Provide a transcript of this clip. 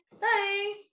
Bye